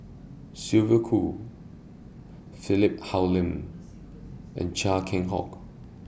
Sylvia Kho Philip Hoalim and Chia Keng Hock